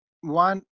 one